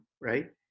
right